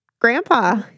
Grandpa